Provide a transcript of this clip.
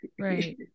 Right